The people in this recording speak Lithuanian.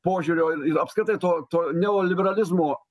požiūrio ir apskritai to to neoliberalizmo